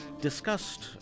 discussed